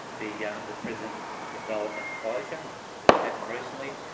the yeah and prison development closure that's happened recently.